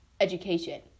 education